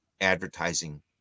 advertising